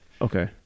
Okay